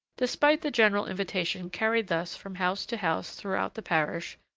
despite the general invitation carried thus from house to house throughout the parish,